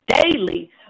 daily